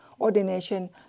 ordination